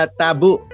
tabu